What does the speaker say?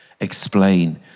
Explain